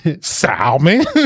Salmon